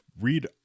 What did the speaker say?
read